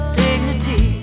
dignity